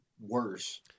worse